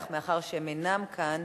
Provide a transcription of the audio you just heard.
אך מאחר שהם אינם כאן,